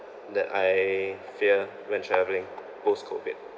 that I fear when travelling post COVID